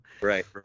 right